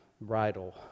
bridal